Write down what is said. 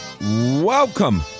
Welcome